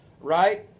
right